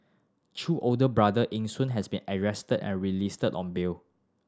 Chew older brother Eng Soon has been arrested and released on bail